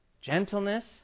gentleness